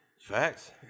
Facts